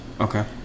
Okay